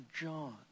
John